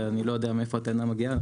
ואני לא יודע מאיפה הטענה מגיעה.